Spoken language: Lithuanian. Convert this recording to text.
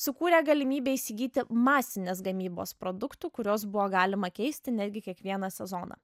sukūrė galimybę įsigyti masinės gamybos produktų kuriuos buvo galima keisti netgi kiekvieną sezoną